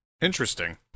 Interesting